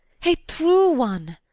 a true one?